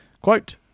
Quote